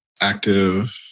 active